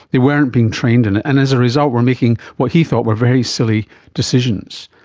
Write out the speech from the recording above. they weren't being trained in it, and as a result were making what he thought were very silly decisions.